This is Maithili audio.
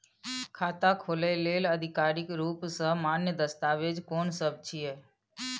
खाता खोले लेल आधिकारिक रूप स मान्य दस्तावेज कोन सब छिए?